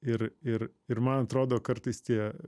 ir ir ir man atrodo kartais tie